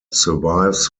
survives